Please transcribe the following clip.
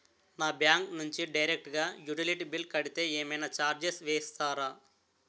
నా బ్యాంక్ నుంచి డైరెక్ట్ గా యుటిలిటీ బిల్ కడితే ఏమైనా చార్జెస్ వేస్తారా?